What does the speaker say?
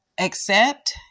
accept